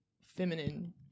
feminine